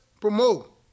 promote